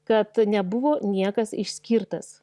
kad nebuvo niekas išskirtas